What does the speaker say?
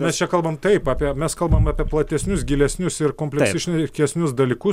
mes čia kalbam taip apie mes kalbam apie platesnius gilesnius ir komplisiškesnius dalykus